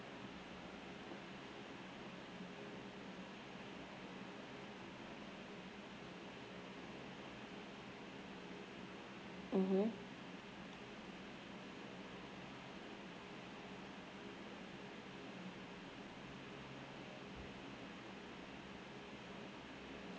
mmhmm